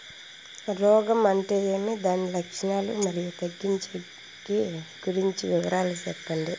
రోగం అంటే ఏమి దాని లక్షణాలు, మరియు తగ్గించేకి గురించి వివరాలు సెప్పండి?